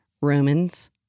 Romans